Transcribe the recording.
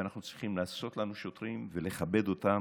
ואנחנו צריכים לעשות לנו שוטרים ולכבד אותם,